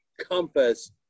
compass